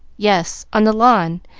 yes, on the lawn,